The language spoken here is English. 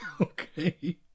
Okay